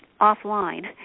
offline